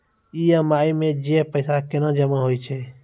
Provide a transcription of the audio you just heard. EMI मे जे पैसा केना जमा होय छै?